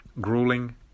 Grueling